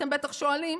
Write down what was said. אתם בטח שואלים,